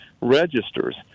registers